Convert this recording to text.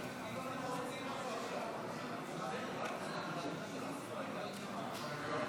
הרי תוצאות ההצבעה: 40 בעד החוק של שרון ניר,